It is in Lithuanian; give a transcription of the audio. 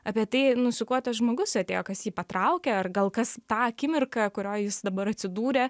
apie tai nu su kuo tas žmogus atėjo kas jį patraukė ar gal kas tą akimirką kurioj jis dabar atsidūrė